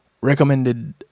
recommended